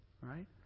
right